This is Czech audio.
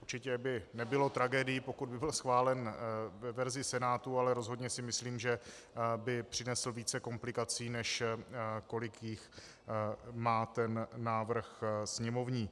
Určitě by nebylo tragédií, pokud by byl schválen ve verzi Senátu, ale rozhodně si myslím, že by přinesl více komplikací, než kolik jich má ten návrh sněmovní.